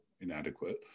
inadequate